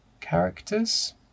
characters